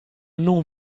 non